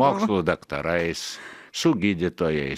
mokslo daktarais su gydytojais